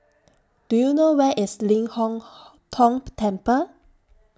Do YOU know Where IS Ling Hong Tong Temple